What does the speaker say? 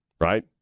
right